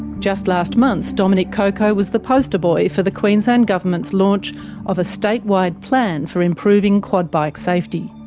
just last month, dominic cocco was the poster boy for the queensland government's launch of a state-wide plan for improving quad bike safety.